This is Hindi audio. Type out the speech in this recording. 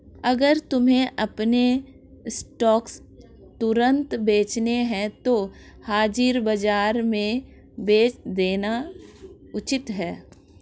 अगर तुम्हें अपने स्टॉक्स तुरंत बेचने हैं तो हाजिर बाजार में बेच देना उचित है